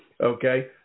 Okay